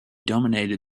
dominated